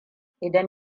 idan